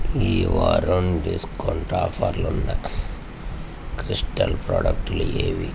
ఈవారం discount ఆఫర్లున్న crystal ప్రాడక్టులు ఏవి